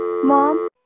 Mom